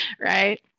right